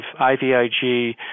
IVIG